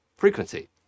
Frequency